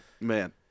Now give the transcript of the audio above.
man